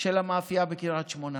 של המאפייה בקריית שמונה?